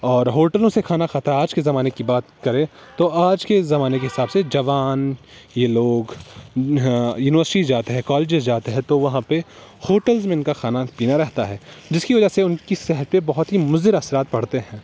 اور ہوٹلوں سے کھانا کھاتا ہے آج کے زمانے کی بات کریں تو آج کے زمانے کے حساب سے جوان یہ لوگ یونیورسٹیز جاتے ہیں کالجیز جاتے ہیں تو وہاں پہ ہوٹلز میں ان کا کھانا پینا رہتا ہے جس کی وجہ سے ان کی صحت پہ بہت ہی مضر اثرات پڑتے ہیں